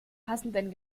passenden